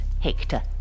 Hector